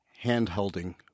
hand-holding